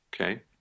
okay